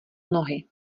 nohy